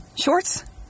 shorts